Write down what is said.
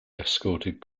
escorted